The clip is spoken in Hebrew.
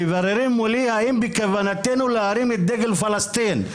מבררים מולי האם בכוונתנו להרים את דגל פלסטין.